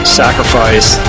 sacrifice